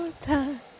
time